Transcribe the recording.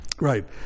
Right